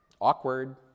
awkward